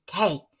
okay